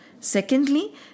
Secondly